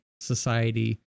society